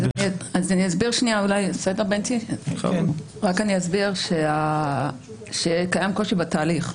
רק אסביר שקיים קושי בתהליך.